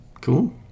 Cool